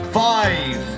five